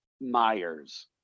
Myers